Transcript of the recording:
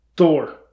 Thor